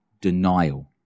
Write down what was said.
Denial